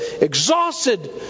exhausted